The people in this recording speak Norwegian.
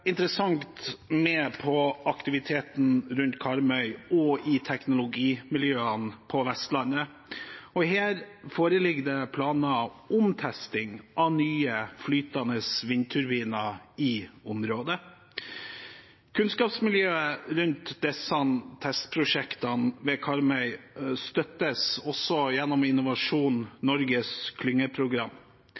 med på aktiviteten rundt Karmøy og i teknologimiljøene på Vestlandet, og her foreligger det planer om testing av nye flytende vindturbiner i området. Kunnskapsmiljøet rundt disse testprosjektene ved Karmøy støttes også gjennom Innovasjon Norges klyngeprogram.